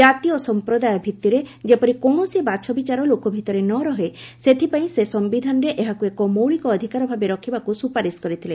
ଜାତି ଓ ସମ୍ପ୍ରଦାୟ ଭିତ୍ତିରେ ଯେପରି କୌଣସି ବାଛବିଚାର ଲୋକ ଭିତରେ ନ ରହେ ସେଥିପାଇଁ ସେ ସାୟିଧାନରେ ଏହାକୁ ଏକ ମୌଳିକ ଅଧିକାର ଭାବେ ରଖିବାକୁ ସ୍ୱପାରିସ କରିଥିଲେ